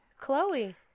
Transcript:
Chloe